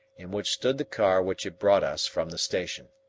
in which stood the car which had brought us from the station.